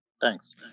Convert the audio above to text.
Thanks